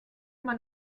man